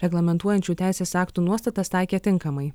reglamentuojančių teisės aktų nuostatas taikė tinkamai